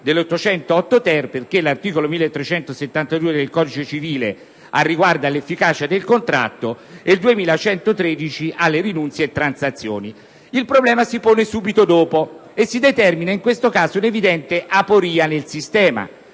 civile, perché l'articolo 1372 del codice civile riguarda l'efficacia del contratto e l'articolo 2113 le rinunzie e le transazioni. Il problema si pone subito dopo e si determina in questo caso un'evidente aporia nel sistema